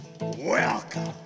Welcome